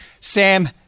Sam